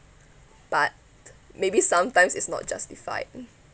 but maybe sometimes it's not justified